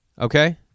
Okay